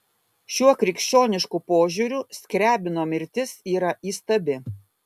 šiuo krikščionišku požiūriu skriabino mirtis yra įstabi